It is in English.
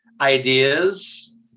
ideas